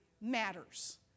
matters